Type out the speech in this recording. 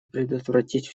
предотвратить